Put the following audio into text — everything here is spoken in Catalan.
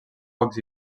pocs